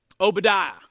Obadiah